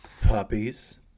Puppies